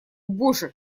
боже